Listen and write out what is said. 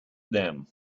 them